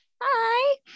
Hi